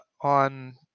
on